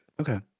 Okay